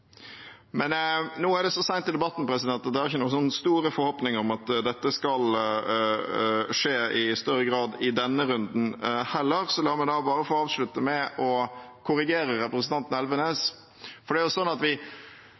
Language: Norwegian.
Nå er det så sent i debatten at jeg ikke har noen store forhåpninger om at dette skal skje i større grad i denne runden heller, så la meg da bare få avslutte med å korrigere representanten Elvenes. Det er jo sånn at vi